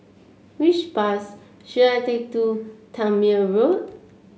which bus should I take to Tangmere Road